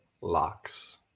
locks